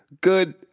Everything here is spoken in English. Good